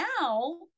now